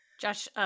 Josh